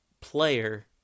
player